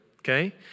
okay